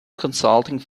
consulting